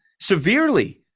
severely